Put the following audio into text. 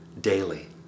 daily